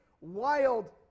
wild